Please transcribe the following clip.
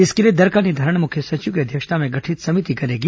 इसके लिए दर का निर्धारण मुख्य सचिव की अध्यक्षता में गठित समिति करेगी